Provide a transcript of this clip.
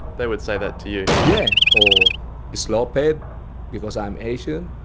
they would say that to you? yeah, or slope head because i'm asian,